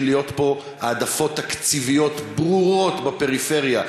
להיות פה העדפות תקציביות ברורות בפריפריה,